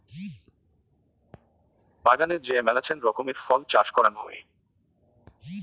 বাগানে যে মেলাছেন রকমের ফল চাষ করাং হই